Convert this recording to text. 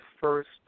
first